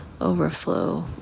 overflow